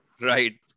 Right